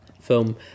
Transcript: film